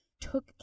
took